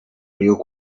río